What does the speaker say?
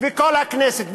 וכל הכנסת,